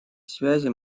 связи